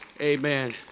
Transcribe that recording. Amen